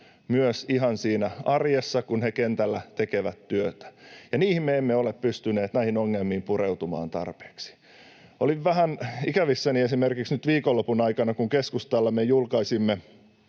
myös ihan siinä arjessa, kun he kentällä tekevät työtä. Me emme ole pystyneet näihin ongelmiin pureutumaan tarpeeksi. Oli vähän ikävää esimerkiksi nyt viikonlopun aikana, kun me keskustassa julkaisimme